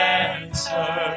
answer